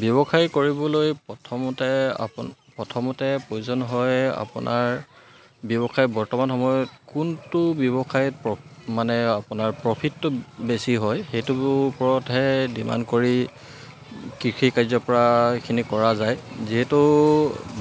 ব্যৱসায় কৰিবলৈ প্ৰথমতে আপোন প্ৰথমতে প্ৰয়োজন হয় আপোনাৰ ব্যৱসায় বৰ্তমান সময়ত কোনটো ব্যৱসায়ত মানে আপোনাৰ প্ৰফিটটো বেছি হয় সেইটোৰ ওপৰতহে ডিমাণ্ড কৰি কৃষিকাৰ্যৰ পৰা এইখিনি কৰা যায় যিহেতু